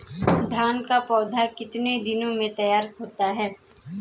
धान का पौधा कितने दिनों में तैयार होता है?